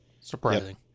Surprising